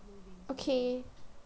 okay